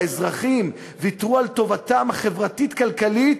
האזרחים ויתרו על טובתם החברתית-כלכלית